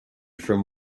from